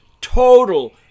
total